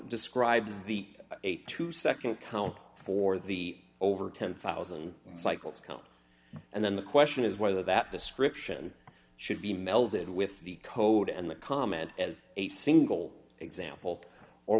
describes the eight to nd count for the over ten thousand cycles count and then the question is whether that description should be melded with the code and the comment as a single example or